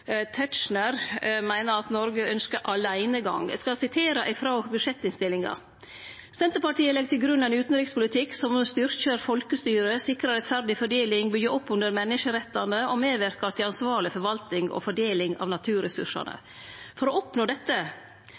meiner at Noreg ønskjer åleinegang. Eg skal sitere frå budsjettinnstillinga: «Medlemene i komiteen frå Senterpartiet legg til grunn ein utanrikspolitikk som styrkjer folkestyret, sikrar rettferdig fordeling, byggjer opp under menneskerettane og medverkar til ansvarleg forvalting og fordeling av naturressursane. For å oppnå